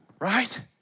Right